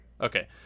Okay